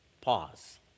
pause